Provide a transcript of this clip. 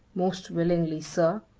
most willingly, sir,